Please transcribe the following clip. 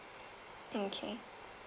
mm okay